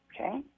Okay